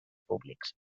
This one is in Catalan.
públics